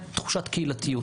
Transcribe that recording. הצגת את דבריך,